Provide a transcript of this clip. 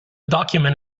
document